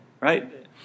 right